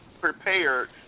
prepared